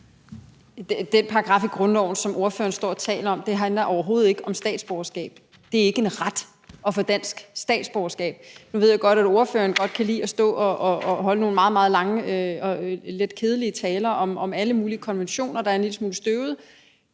Den paragraf i grundloven, som ordføreren står og taler om, handler overhovedet ikke om statsborgerskab. Det er ikke en ret at få dansk statsborgerskab. Nu ved jeg godt, at ordføreren godt kan lide at stå og holde nogle meget, meget lange og lidt kedelige taler om alle mulige konventioner, der er en lille smule støvede,